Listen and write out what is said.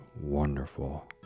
wonderful